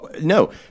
No